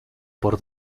por